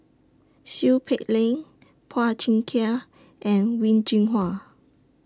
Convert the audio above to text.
Seow Peck Leng Phua Thin Kiay and Wen Jinhua